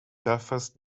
belfast